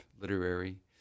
Literary